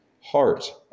heart